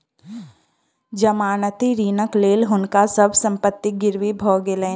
जमानती ऋणक लेल हुनका सभ संपत्ति गिरवी भ गेलैन